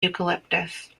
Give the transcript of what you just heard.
eucalyptus